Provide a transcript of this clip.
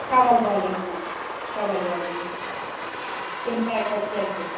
کنول والٮ۪ن ہُنٛد کنول والٮ۪ن ہُنٛد تِم پیکٮ۪ٹ ترٛےٚ تہِ